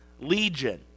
Legion